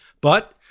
But-